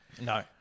No